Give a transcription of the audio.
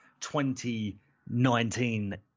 2019